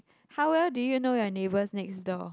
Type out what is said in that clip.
how well do you know your neighbours next door